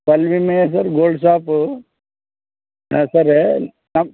gold shop ಹಾಂ sir ನಮ್ಮ